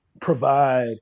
provide